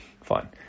Fine